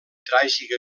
tràgica